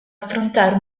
affrontare